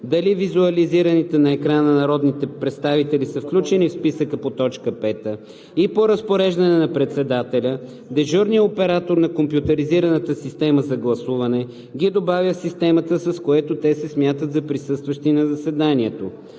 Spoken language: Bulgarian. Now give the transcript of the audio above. дали визуализираните на екрана народни представители са включени в списъка по т. 5 и по разпореждане на председателя, дежурният оператор на компютризираната система за гласуване ги добавя в системата, с което те се смятат за присъстващи на заседанието.